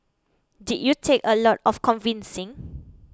did you take a lot of convincing